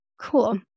Cool